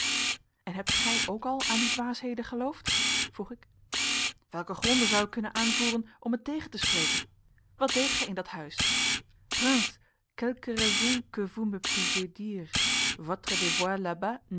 en hebt gij ook al aan die dwaasheden geloofd vroeg ik welke gronden zou ik kunnen aanvoeren om het tegen te spreken wat deedt gij in dat huis prince quelques raisons que